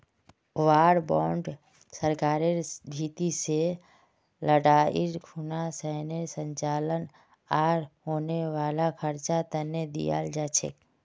war bond सरकारेर भीति से लडाईर खुना सैनेय संचालन आर होने वाला खर्चा तने दियाल जा छे